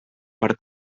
per